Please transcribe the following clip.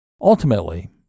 Ultimately